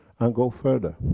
and go further,